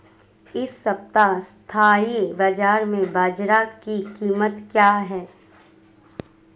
इस सप्ताह स्थानीय बाज़ार में बाजरा की कीमत क्या है?